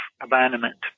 abandonment